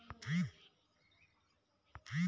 कोड़ी लोहा कर बनल रहथे अउ एला किसान मन लोहार जग बनवाथे